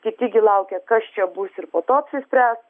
kiti gi laukia kas čia bus ir po to apsispręs